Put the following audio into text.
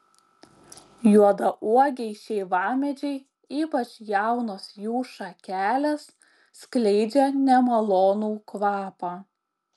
juodauogiai šeivamedžiai ypač jaunos jų šakelės skleidžia nemalonų kvapą